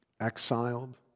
exiled